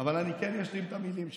אבל אני כן אשלים את המילים שלי.